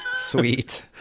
Sweet